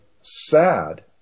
sad